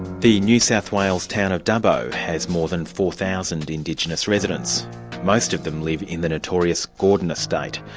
the new south wales town of dubbo has more than four thousand indigenous residents most of them live in the notorious gordon estate,